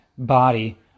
body